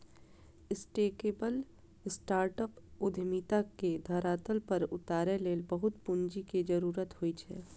scalable startup उद्यमिता के धरातल पर उतारै लेल बहुत पूंजी के जरूरत होइ छै